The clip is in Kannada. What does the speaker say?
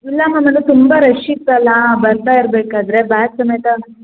ಇಲ್ಲ ಮ್ಯಾಮ್ ಅದು ತುಂಬ ರಶ್ ಇತ್ತಲ್ಲಾ ಬರ್ತಾ ಇರಬೇಕಾದ್ರೆ ಬ್ಯಾಗ್ ಸಮೇತ